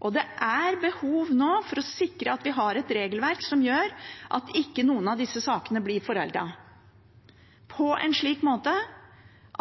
Det er behov nå for å sikre at vi har et regelverk som gjør at ikke noen av disse sakene blir foreldet på en slik måte